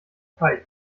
teich